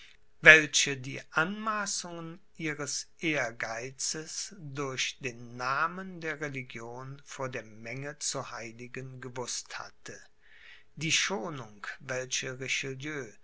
welche die anmaßungen ihres ehrgeizes durch den namen der religion vor der menge zu heiligen gewußt hatte die schonung welche